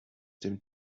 dem